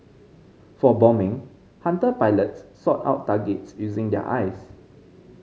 for bombing Hunter pilots sought out targets using their eyes